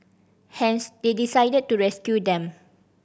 hence they decided to rescue them